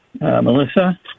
melissa